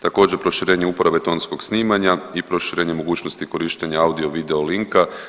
Također proširenje uporabe tonskog snimanja i proširenje mogućnosti korištenja audio video linka.